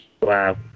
Wow